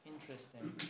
interesting